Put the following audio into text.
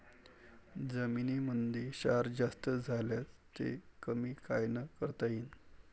जमीनीमंदी क्षार जास्त झाल्यास ते कमी कायनं करता येईन?